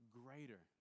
greater